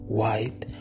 white